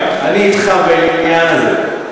אני אתך בעניין הזה.